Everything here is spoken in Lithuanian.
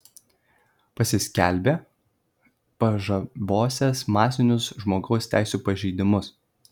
pasiskelbė pažabosiąs masinius žmogaus teisių pažeidimus